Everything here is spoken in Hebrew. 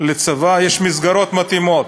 לצבא יש מסגרות מתאימות.